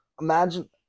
Imagine